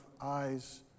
eyes